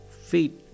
feet